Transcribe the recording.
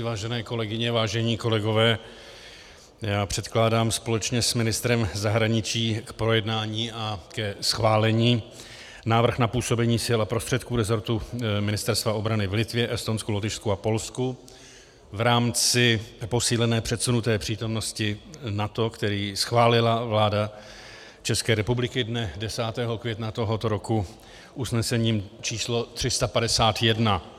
Vážené kolegyně, vážení kolegové, předkládám společně s ministrem zahraničí k projednání a ke schválení Návrh na působení sil a prostředků rezortu Ministerstva obrany v Litvě, Estonsku, Lotyšsku a Polsku v rámci Posílené předsunuté přítomnosti NATO, který schválila vláda České republiky dne 10. května tohoto roku usnesením číslo 351.